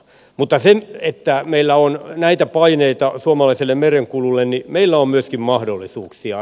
mutta vaikka meillä on näitä paineita suomalaiselle merenkululle niin meillä on myöskin mahdollisuuksia